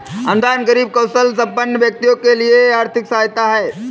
अनुदान गरीब कौशलसंपन्न व्यक्तियों के लिए आर्थिक सहायता है